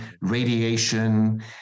radiation